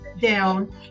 down